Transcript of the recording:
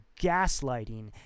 gaslighting